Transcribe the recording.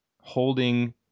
holding